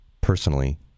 personally